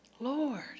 lord